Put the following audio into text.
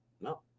No